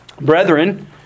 Brethren